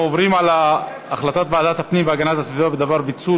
אנחנו עוברים להצבעה על החלטת ועדת הפנים והגנת הסביבה בדבר פיצול